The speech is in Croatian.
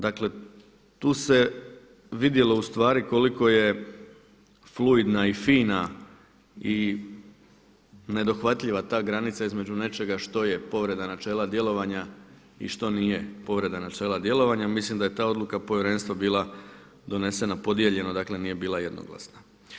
Dakle tu se vidjelo ustvari koliko je fluidna i fina i nedohvatljiva ta granica između nečega što je povreda načela djelovanja i što nije povreda načela djelovanja, mislim da je ta odluka Povjerenstva bila donesena podijeljeno, dakle nije bila jednoglasna.